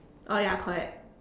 uh ya correct